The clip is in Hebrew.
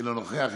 אינו נוכח,